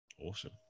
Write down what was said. Awesome